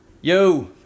Yo